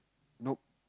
nope